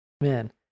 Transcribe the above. Man